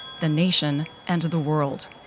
the nation and the world.